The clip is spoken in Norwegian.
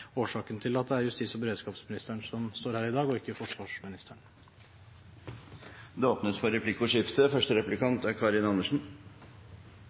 årsaken til at det er justis- og beredskapsministeren som står her i dag, og ikke forsvarsministeren. Det blir replikkordskifte. Det er